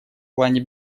плане